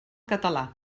català